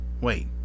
Wait